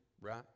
right